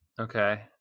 Okay